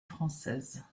française